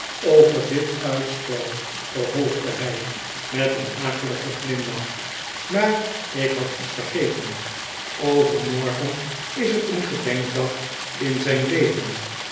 over dit uitstel vervolgde hij met een akeligen glimlach maar ik had iets vergeten overmorgen is het een gedenkdag in zijn leven